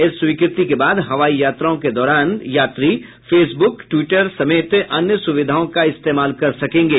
इस स्वीकृति के बाद हवाई यात्राओं के दौरान यात्री फेसबुक ट्वीटर समेत अन्य सुविधाओं का इस्तेमाल कर सकेंगे